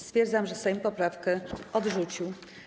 Stwierdzam, że Sejm poprawkę odrzucił.